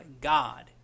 God